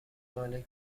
مال